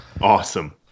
Awesome